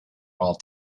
all